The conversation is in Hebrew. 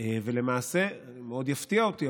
ולמעשה מאוד יפתיע אותי,